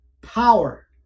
power